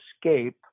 escape